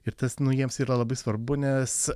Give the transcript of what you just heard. ir tas nu jiems yra labai svarbu nes